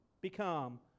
become